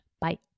Bye